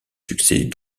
succès